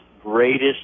greatest